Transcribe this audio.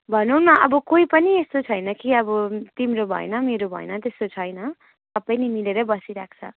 भनौँ न अब कोही पनि यस्तो छैन कि अब तिम्रो भएन मेरो भएन त्यस्तो छैन सबै नै मिलेरै बसिरहेको छ